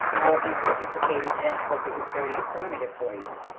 all of you participated in it. i hope it was very informative for you.